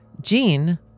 Gene